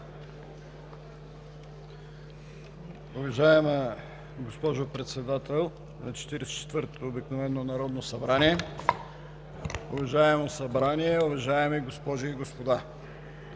Уважаемо Събрание, уважаеми госпожи и господа!